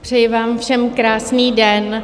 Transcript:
Přeji vám všem krásný den.